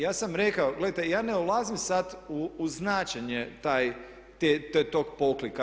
Ja sam rekao, gledajte ja ne ulazim sad u značenje tog poklika.